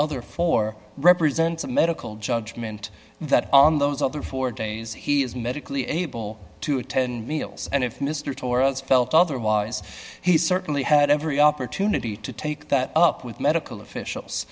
other four represents a medical judgment that on those other four days he is medically able to attend meals and if mr torrens felt otherwise he certainly had every opportunity to take that up with medical officials